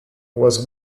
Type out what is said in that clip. was